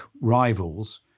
rivals